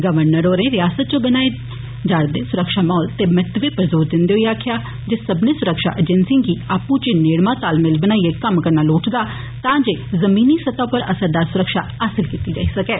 governor होरें रयासतै च बनाई रखे जा'रदे सुरक्षा माहौल दे महत्वै पर जोर दिंदे होई आक्खेआ जे सब्बने सुरक्षा एजेंसिए गी आंपु चै नेड़मा तालमेल बनाइए कम्म करना लोड़चदा तां जे जमीनी सतह पर असरदार सुरक्षा हासल कीती जाई सकै